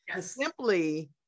Simply